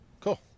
Cool